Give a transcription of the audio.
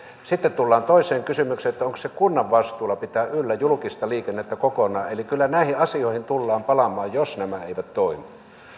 sitten tullaan toiseen kysymykseen onko kunnan vastuulla pitää yllä julkista liikennettä kokonaan eli kyllä näihin asioihin tullaan palaamaan jos nämä eivät toimi